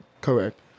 Correct